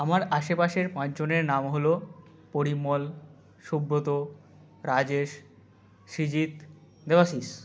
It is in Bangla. আমার আশেপাশের পাঁচজনের নাম হলো পরিমল সুব্রত রাজেশ সৃজিত দেবাশিষ